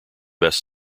best